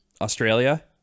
Australia